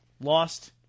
Lost